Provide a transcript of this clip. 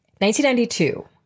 1992